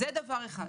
זה דבר אחד.